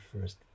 first